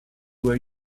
where